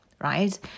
right